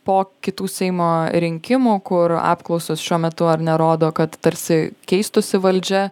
po kitų seimo rinkimų kur apklausos šiuo metu ar ne rodo kad tarsi keistųsi valdžia